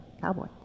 cowboy